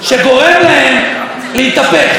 שגורם להם להתהפך,